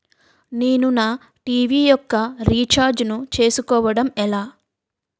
నేను నా టీ.వీ యెక్క రీఛార్జ్ ను చేసుకోవడం ఎలా?